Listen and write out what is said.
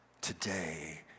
today